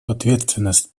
ответственность